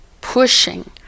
pushing